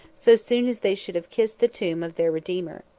so soon as they should have kissed the tomb of their redeemer.